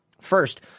first